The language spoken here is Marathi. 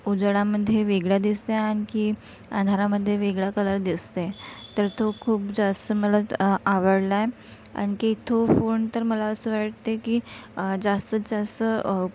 उजेडांमध्ये वेगळा दिसते आणखी अंधारामध्ये वेगळा कलर दिसते तर तो खूप जास्त मला अ आवडला आणखी तो फोन तर मला असं वाटते की जास्तीत जास्त